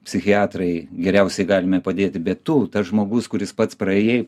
psichiatrai geriausiai galime padėti bet tu tas žmogus kuris pats praėjai